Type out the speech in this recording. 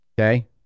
Okay